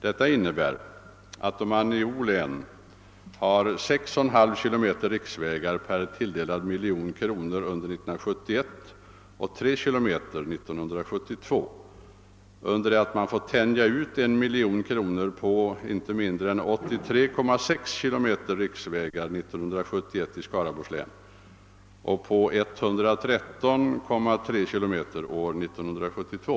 Detta innebär att man i O län har 6,5 km riksväg per tilldelad miljon kronor 1971 och 3 km 1972, under det att man i Skaraborgs län får tänja ut 1 miljon kronor på inte mindre än 83,6 km riksvägar 1971 och 113,3 km år 1972.